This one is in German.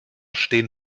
stehen